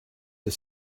the